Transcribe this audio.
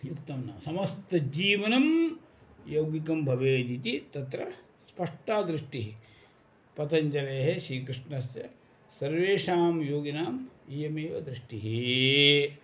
युक्तं न समस्तजीवनं यौगिकं भवेदिति तत्र स्पष्टा दृष्टिः पतञ्जलेः श्रीकृष्णस्य सर्वेषां योगिनाम् इयमेव दृष्टिः